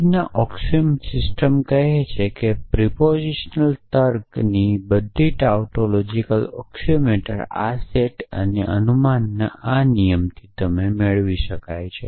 ફ્રીજની axiomatic system કહે છે કે પ્રસ્તાવનાત્મક તર્ક ની બધી ટાઉટોલોજિનો ઑક્સિઓમરોના આ સેટ અને અનુમાનના આ નિયમમાંથી મેળવી શકાય છે